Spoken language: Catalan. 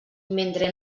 mentre